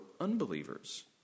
unbelievers